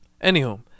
Anywho